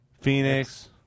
Phoenix